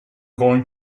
going